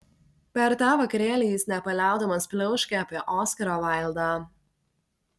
per tą vakarėlį jis nepaliaudamas pliauškė apie oskarą vaildą